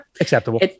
Acceptable